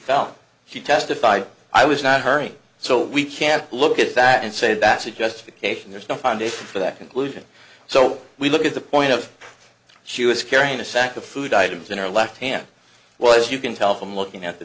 found she testified i was not hurrying so we can look at that and say that's it justification there's no fine day for that conclusion so we look at the point of she was carrying a sack of food items in her left hand well as you can tell from looking at the